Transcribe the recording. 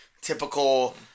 typical